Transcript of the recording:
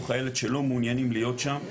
או חיילת שלא מעוניינים להיות שם,